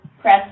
press